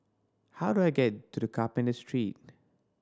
how do I get to Carpenter Street